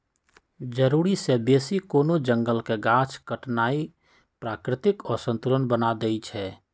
जरूरी से बेशी कोनो जंगल के गाछ काटनाइ प्राकृतिक असंतुलन बना देइछइ